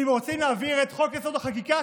ואם רוצים להעביר את חוק-יסוד: החקיקה,